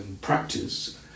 practice